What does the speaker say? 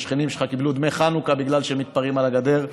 השכנים שלך קיבלו דמי חנוכה בגלל שהם מתפרעים על הגדר.